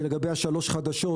ולגבי שלוש החדשות,